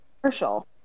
commercial